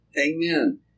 amen